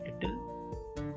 little